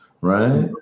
right